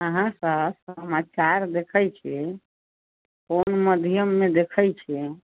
अहाँसभ समाचार देखैत छी कोन माध्यममे देखैत छी